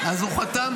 אבל אנחנו מסוגלים